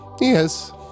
yes